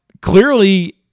clearly